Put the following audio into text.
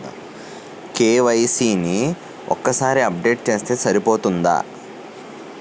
KYC ని ఒక్కసారి update చేస్తే సరిపోతుందా?